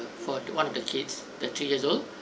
for one of the kids the three years old